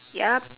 ya